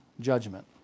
judgment